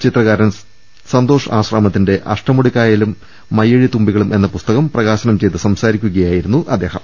ചിത്രകാരൻ സന്തോഷ് ആശ്രാമത്തിന്റെ അഷ്ടമുടിക്കായലും മയ്യഴിത്തുമ്പികളും എന്ന പുസ്തകം പ്രകാശനം ലെയ് ത് സംസാരിക്കുകയായിരുന്നു അദ്ദേഹം